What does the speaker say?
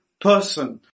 person